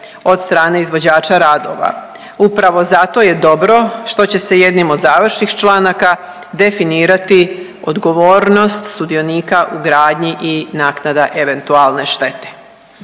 od strane izvođača radova. Upravo zato jer dobro što će se jednim od završnih članaka definirati odgovornost sudionika u gradnji i naknada eventualne štete.